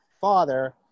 father